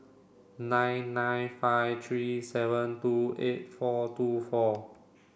nine nine five three seven two eight four two four